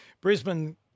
Brisbane